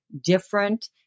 different